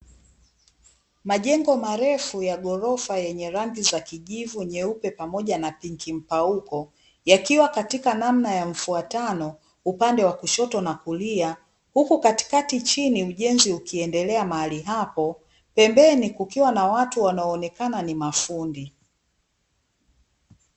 Majengo marefu ya ghorofa yenye rangi ya kijivu na nyeupe pamoja na pinki mpauko, yakiwa katika namna ya mfuatano upande wa kushoto na kulia, huku katikati chini ujenzi ukiendelea mahali hapo, pembeni kukiwa na watu wanaoonekana ni mafundi.